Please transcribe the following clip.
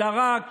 אלא רק